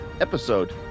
episode